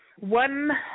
one